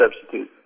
substitute